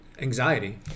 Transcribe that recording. anxiety